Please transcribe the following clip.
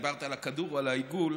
דיברתי על הכדור, או על העיגול,